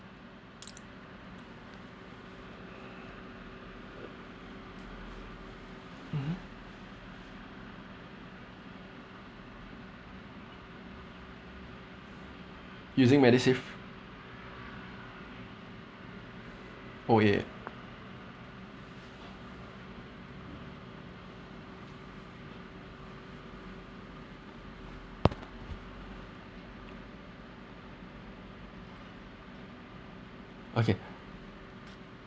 using medisave oh yeah okay